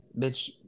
bitch